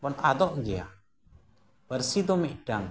ᱵᱚᱱ ᱟᱫᱚᱜ ᱜᱮᱭᱟ ᱯᱟᱹᱨᱥᱤ ᱫᱚ ᱢᱤᱫᱴᱟᱱ